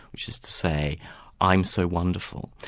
which is to say i'm so wonderful,